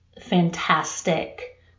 fantastic